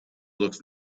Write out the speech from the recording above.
looks